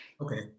Okay